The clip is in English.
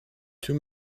too